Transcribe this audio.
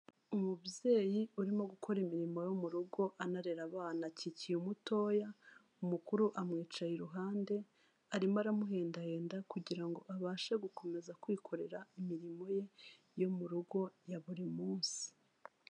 Umubyeyi urimo gukora imirimo yo mu rugo anarera abana akikiye umutoya, umukuru amwicaye iruhande arimo aramuhendahenda kugira ngo abashe gukomeza kwikorera imirimo ye yo mu rugo ya buri munsi.